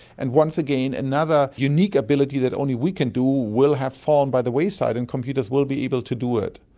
and once again, another unique ability that only we can do will have fallen by the wayside and computers will be able to do it.